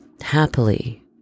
happily